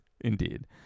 Indeed